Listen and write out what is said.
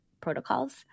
protocols